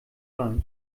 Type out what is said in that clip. reich